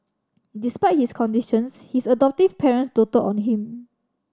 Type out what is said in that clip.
despite his conditions his adoptive parents doted on him